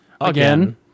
Again